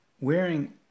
wearing